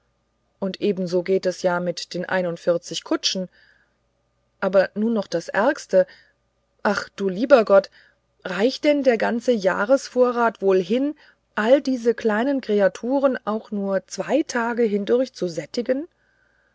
und ebenso geht es ja mit den einundvierzig kutschen aber nun noch das ärgste ach du lieber gott reicht denn der ganze jahresvorrat wohl hin all diese kleine kreaturen auch nur zwei tage hindurch zu sättigen